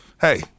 hey